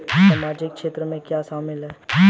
सामाजिक क्षेत्र में क्या शामिल है?